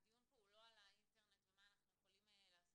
הדיון פה הוא לא על האינטרנט ומה אנחנו יכולים לעשות,